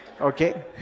Okay